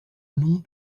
nom